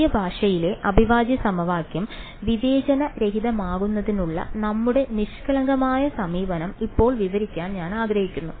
പുതിയ ഭാഷയിലെ അവിഭാജ്യ സമവാക്യം വിവേചനരഹിതമാക്കുന്നതിനുള്ള നമ്മുടെ നിഷ്കളങ്കമായ സമീപനം ഇപ്പോൾ വിവരിക്കാൻ ഞാൻ ആഗ്രഹിക്കുന്നു